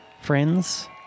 Friends